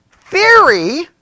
theory